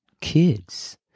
Kids